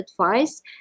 advice